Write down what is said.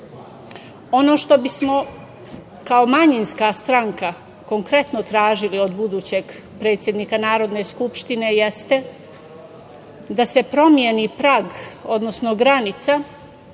što bi smo kao manjinska stranka konkretno tražili od budućeg predsednika Narodne skupštine jeste da se promeni prag, odnosno granica